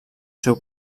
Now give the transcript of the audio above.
seu